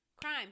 Crime